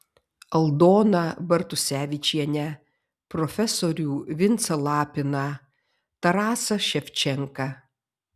aldoną bartusevičienę profesorių vincą lapiną tarasą ševčenką